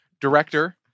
Director